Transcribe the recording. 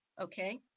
okay